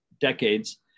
decades